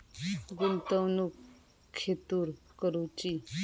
गुंतवणुक खेतुर करूची?